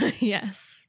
Yes